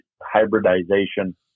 hybridization